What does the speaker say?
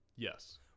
Yes